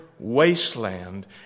wasteland